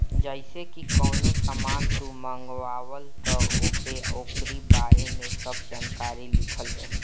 जइसे की कवनो सामान तू मंगवल त ओपे ओकरी बारे में सब जानकारी लिखल रहि